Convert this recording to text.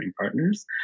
partners